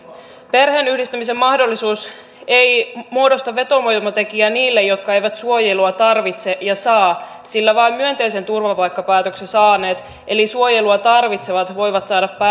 perheenyhdistämisen mahdollisuus ei muodosta vetovoimatekijää niille jotka eivät suojelua tarvitse ja saa sillä vain myönteisen turvapaikkapäätöksen saaneet eli suojelua tarvitsevat voivat saada